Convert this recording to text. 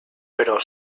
però